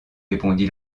répondit